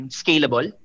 scalable